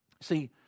See